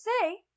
say